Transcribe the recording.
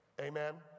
Amen